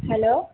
hello